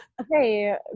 Okay